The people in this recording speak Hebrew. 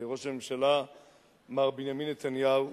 מר בנימין נתניהו,